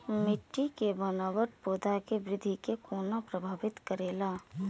मिट्टी के बनावट पौधा के वृद्धि के कोना प्रभावित करेला?